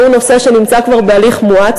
והוא נושא שנמצא כבר בהליך מואץ,